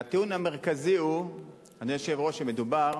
הטיעון המרכזי, אדוני היושב-ראש, הוא שמדובר